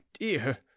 dear